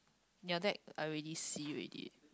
your deck already see already